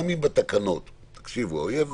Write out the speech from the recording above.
האוייב